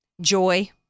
Joy